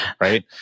right